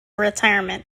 retirement